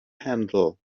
handle